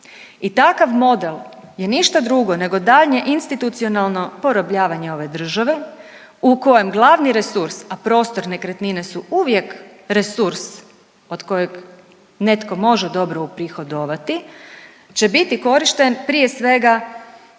I takav model je ništa drugo nego daljnje institucionalno porobljavanje ove države u kojem glavni resurs, a prostor nekretnine su uvijek resurs od kojeg netko može dobro uprihodovati će biti korišten prije svega